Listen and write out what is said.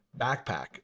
backpack